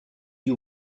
you